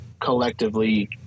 collectively